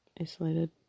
isolated